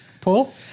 Paul